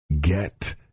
Get